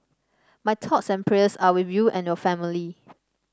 my thoughts and prayers are with you and your family